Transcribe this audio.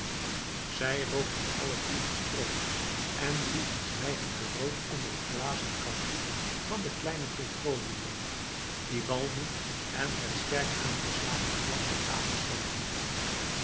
zij rookten alledrie n strootje en bliezen zwijgend de rook onder het glazen kapje van de kleine petroleumlamp die walmend en met sterk aangeslagen glas op tafel stond